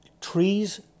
trees